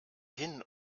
hin